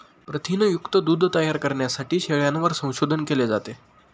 प्रथिनयुक्त दूध तयार करण्यासाठी शेळ्यांवर संशोधन केले जाते